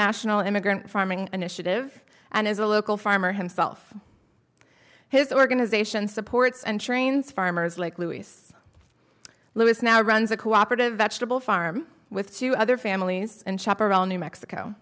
national immigrant farming initiative and as a local farmer himself his organization supports and trains farmers like luis lewis now runs a cooperative vegetable farm with two other families and chaparral new mexico